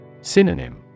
Synonym